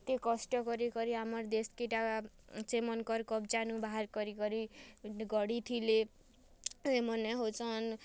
କେତେ କଷ୍ଟ କରି କରି ଆମର ଦେଶ୍କେ ଏଟା ସେମାନଙ୍କର କବଜା ନୁ ବାହାର କରି କରି ଗଢ଼ି ଥିଲେ ସେମାନେ ହଉଛନ୍